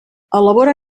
elabora